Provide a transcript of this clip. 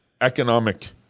economic